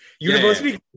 University